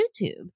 YouTube